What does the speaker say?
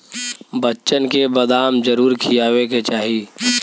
बच्चन के बदाम जरूर खियावे के चाही